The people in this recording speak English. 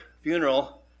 funeral